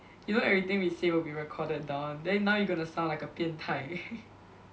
you know everything we say will be recorded down then now you going to sound like a 变态